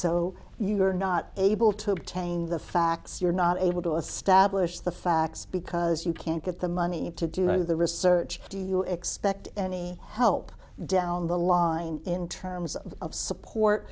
so you are not able to obtain the facts you're not able to establish the facts because you can't get the money to do the research do you expect any help down the line in terms of support